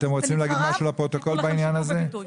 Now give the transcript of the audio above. אתם רוצים להגיד משהו לפרוטוקול בעניין הזה?